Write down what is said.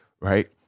right